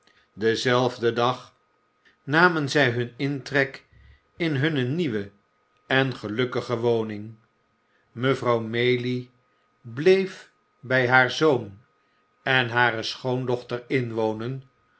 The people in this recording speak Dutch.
denrefden dag namen zij hun intrek in hunne nieuwe en gelukkige woning mevrouw maylie bleef bij haar zoon en hare schoondochter inwonen